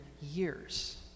years